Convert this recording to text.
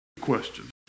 Question